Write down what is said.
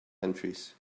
countries